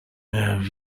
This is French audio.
elle